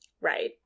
Right